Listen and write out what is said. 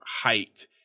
height